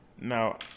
Now